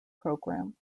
program